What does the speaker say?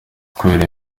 kubera